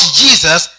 jesus